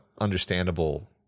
understandable